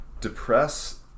depress